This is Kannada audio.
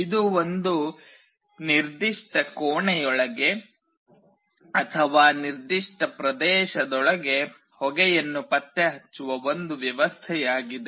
ಇದು ಒಂದು ನಿರ್ದಿಷ್ಟ ಕೋಣೆಯೊಳಗೆ ಅಥವಾ ನಿರ್ದಿಷ್ಟ ಪ್ರದೇಶದೊಳಗೆ ಹೊಗೆಯನ್ನು ಪತ್ತೆಹಚ್ಚುವ ಒಂದು ವ್ಯವಸ್ಥೆಯಾಗಿದೆ